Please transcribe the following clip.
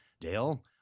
Dale